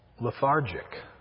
lethargic